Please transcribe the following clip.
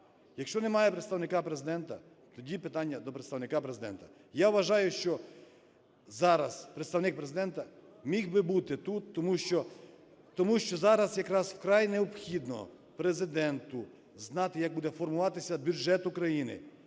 Якщо немає Представника Президента, тоді питання до Представника Президента. Я вважаю, що зараз Представник Президента міг би бути тут, тому що зараз якраз вкрай необхідно Президенту знати, як буде формуватися бюджет України,